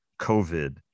COVID